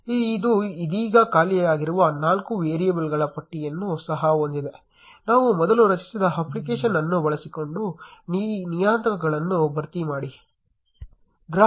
ಇದು ಇದೀಗ ಖಾಲಿಯಾಗಿರುವ ನಾಲ್ಕು ವೇರಿಯೇಬಲ್ಗಳ ಪಟ್ಟಿಯನ್ನು ಸಹ ಹೊಂದಿದೆ ನಾವು ಮೊದಲು ರಚಿಸಿದ ಅಪ್ಲಿಕೇಶನ್ ಅನ್ನು ಬಳಸಿಕೊಂಡು ಈ ನಿಯತಾಂಕಗಳನ್ನು ಭರ್ತಿ ಮಾಡೋಣ